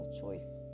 choice